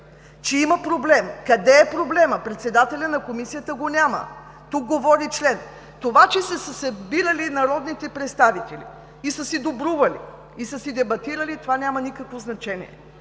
че има проблем. Къде е проблемът? Председателят на Комисията го няма, тук говори член. Това, че са се събирали народните представители и са си добрували, и са дебатирали, това няма никакво значение.